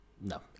No